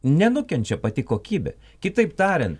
nenukenčia pati kokybė kitaip tariant